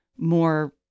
more